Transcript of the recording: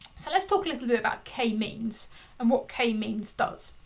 so let's talk a little bit about k-means and what k-means does.